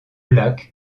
lac